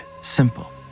Simple